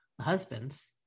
husband's